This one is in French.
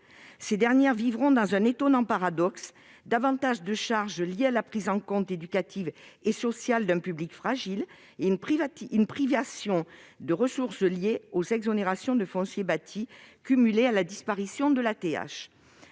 Ces dernières vivront donc un étonnant paradoxe : davantage de charges liées à la prise en compte éducative et sociale d'un public fragile et une privation de ressources liée aux exonérations de foncier bâti, cumulées à la disparition de la